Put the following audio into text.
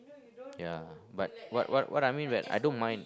ya but what what what I mean that I don't mind